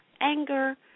anger